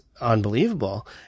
unbelievable